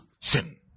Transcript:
sin